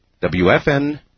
WFN